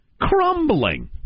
Crumbling